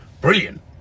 brilliant